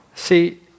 See